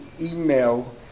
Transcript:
email